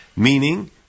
Meaning